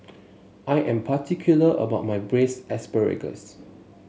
I am particular about my Braised Asparagus